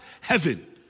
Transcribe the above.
Heaven